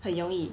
很容易